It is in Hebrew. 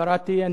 קראתי.